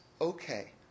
okay